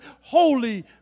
holy